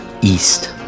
east